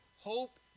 Hope